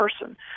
person